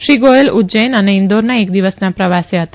શ્રી ગોયલે ઉજ્જેન અને છેદોરના એક દિવસના પ્રવાસે હતા